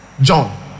John